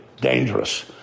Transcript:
dangerous